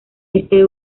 este